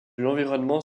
l’environnement